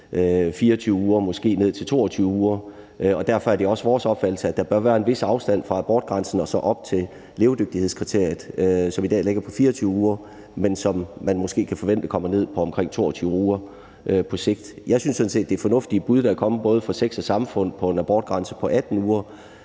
24 uger, måske ned til 22 uger, og derfor er det også vores opfattelse, at der bør være en vis afstand fra abortgrænsen og så op til levedygtighedskriteriet, som i dag ligger på 24 uger, men som man måske kan forvente kommer ned på omkring 22 uger på sigt. Jeg synes sådan set, at det er et fornuftigt bud, der er kommet fra Sex & Samfund, på 18 uger.